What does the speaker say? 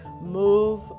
move